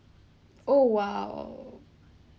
oh !wow!